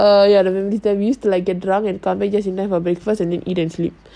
err ya எனக்கு:enaku like get drunk and come back just in time for breakfast and then eat and sleep